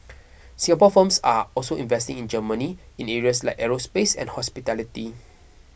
Singapore firms are also investing in Germany in areas like aerospace and hospitality